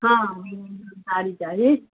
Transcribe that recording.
हाँ साड़ी चाही